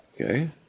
Okay